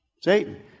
Satan